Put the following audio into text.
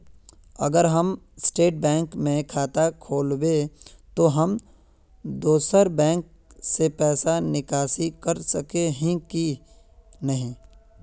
अगर हम state bank में खाता खोलबे तो हम दोसर बैंक से पैसा निकासी कर सके ही की नहीं?